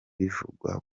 bivugwa